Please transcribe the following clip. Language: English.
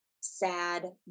sad